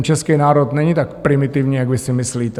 Český národ není tak primitivní, jak vy si myslíte.